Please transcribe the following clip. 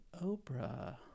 Oprah